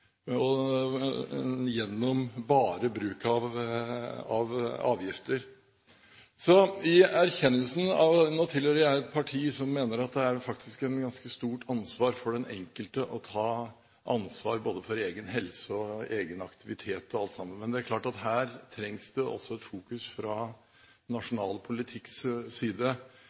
gjennom bruk av avgifter. Jeg erkjenner at jeg tilhører et parti som mener at den enkelte faktisk har et ganske stort ansvar når det gjelder egen helse og egen aktivitet, men det er klart at her trenger man et fokus også når det gjelder nasjonal